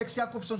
אלכס יעקובסון,